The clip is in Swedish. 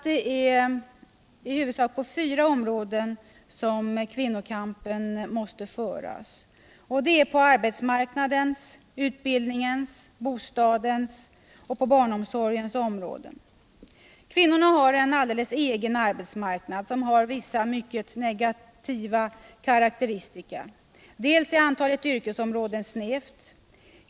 Det är på i huvudsak fyra olika områden som kvinnokampen måste föras: det är på arbetsmarknadens, utbildningens, bostadens och barnomsorgens områden. Kvinnorna har en alldeles egen arbetsmarknad, som har vissa mycket negativa karakteristika. För det första är antalet yrkesområden snävt.